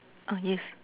oh yes